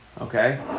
Okay